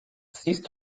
siehst